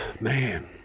man